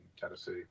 Tennessee